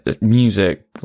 music